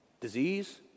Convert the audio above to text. Disease